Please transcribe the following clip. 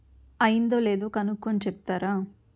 అయ్యిందో లేదో కనుక్కొని చెప్తారా